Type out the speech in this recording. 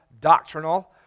doctrinal